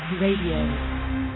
Radio